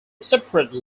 separate